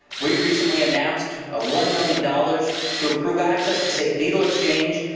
we recently announced ah one million dollars to improve access to safe needle exchange,